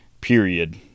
period